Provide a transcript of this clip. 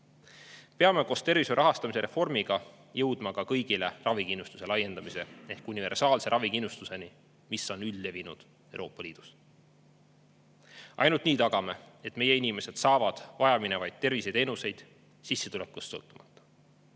Peame koos tervishoiu rahastamise reformiga jõudma ka kõigile ravikindlustuse laiendamiseni ehk universaalse ravikindlustuseni, mis on üldlevinud Euroopa Liidus. Ainult nii tagame, et meie inimesed saavad vajaminevaid terviseteenuseid sissetulekust sõltumata.